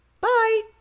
Bye